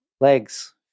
legs